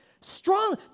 Strong